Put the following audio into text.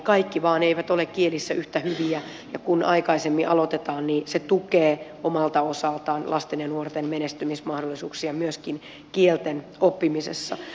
kaikki vain eivät ole kielissä yhtä hyviä ja kun aikaisemmin aloitetaan niin se tukee omalta osaltaan lasten ja nuorten menestymismahdollisuuksia myöskin kielten oppimisessa